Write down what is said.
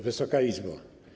Wysoka Izbo!